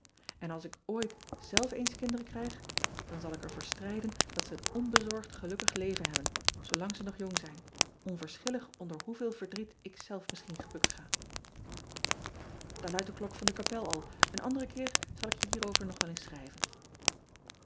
n als ik ooit zelf eens kinderen krijg dan zal ik er voor strijden dat ze een onbezorgd gelukkig leven hebben zoolang ze nag jong zijn onverschillig onder hoeveel verdriet ik zelf misschien gebukt ga aar luidt de klok van de kapel al en andere keer zal ik je hierover nog wel eens schrijven